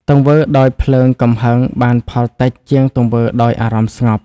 ទង្វើដោយភ្លើងកំហឹងបានផលតិចជាងទង្វើដោយអារម្មណ៍ស្ងប់ ។